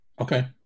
Okay